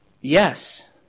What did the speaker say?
yes